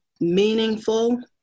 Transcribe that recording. meaningful